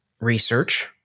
research